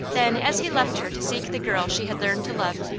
then as he left her to seek the girl she had learned to love,